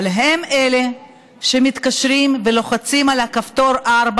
הם אלה שמתקשרים ולוחצים על הכפתור 4,